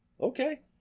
Okay